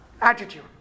attitude